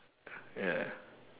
ya